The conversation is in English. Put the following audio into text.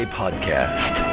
podcast